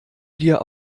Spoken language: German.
dir